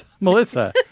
Melissa